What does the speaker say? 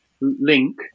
link